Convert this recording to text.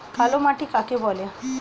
কালো মাটি কাকে বলে?